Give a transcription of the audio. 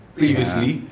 previously